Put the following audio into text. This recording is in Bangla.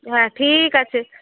হ্যাঁ ঠিক আছে